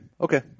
Okay